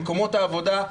למקומות העבודה,